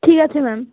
ঠিক আছে ম্যাম